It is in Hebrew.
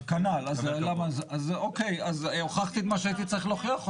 אז אוקיי, אז הוכחתי את מה שהייתי צריך להוכיח?